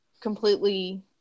completely